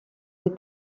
des